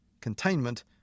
containment